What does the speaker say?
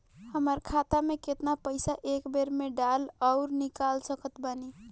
हमार खाता मे केतना पईसा एक बेर मे डाल आऊर निकाल सकत बानी?